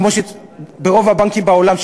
כמו ברוב הבנקים בעולם,